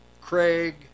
Craig